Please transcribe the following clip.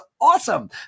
Awesome